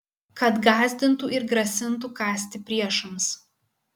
kad gąsdintų ir grasintų kąsti priešams